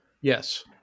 Yes